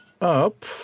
up